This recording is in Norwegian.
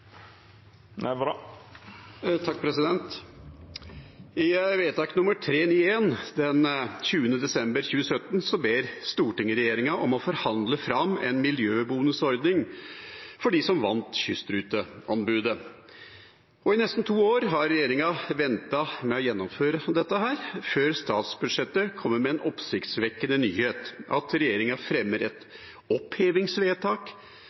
vedtak nr. 391 den 20. desember 2017 ber Stortinget regjeringen om å forhandle fram en miljøbonusordning for de som vant kystruteanbudet. I nesten to år har regjeringen ventet med å gjennomføre dette, før statsbudsjettet kommer med den oppsiktsvekkende nyheten at regjeringen fremmer